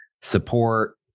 support